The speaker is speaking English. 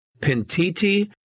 pentiti